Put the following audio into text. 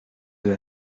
deux